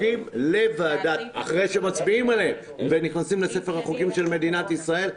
לגבי החוק של הגבלת פעילות,